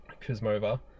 Kuzmova